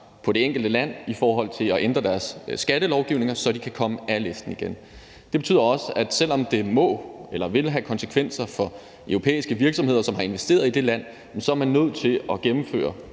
på det enkelte land i forhold til at ændre deres skattelovgivning, så de kan komme af listen igen. Det betyder også, at selv om det må eller vil have konsekvenser for europæiske virksomheder, som har investeret i det land, er man nødt til at gennemføre